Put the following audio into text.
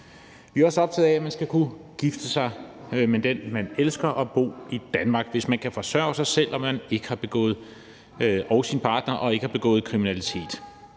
Vi er også optaget af, at man skal kunne gifte sig med den, man elsker, og bo i Danmark, hvis man kan forsørge sig selv og sin partner og ikke har begået kriminalitet.